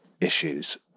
issues